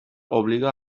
obliga